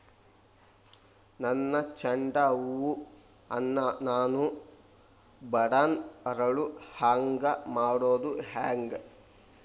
ನನ್ನ ಚಂಡ ಹೂ ಅನ್ನ ನಾನು ಬಡಾನ್ ಅರಳು ಹಾಂಗ ಮಾಡೋದು ಹ್ಯಾಂಗ್?